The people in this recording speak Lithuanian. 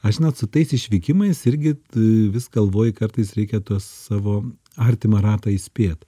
aš žinot su tais išvykimais irgi vis galvoj kartais reikia tuos savo artimą ratą įspėt